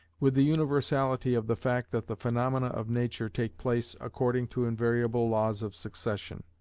with the universality of the fact that the phaenomena of nature take place according to invariable laws of succession.